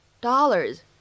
dollars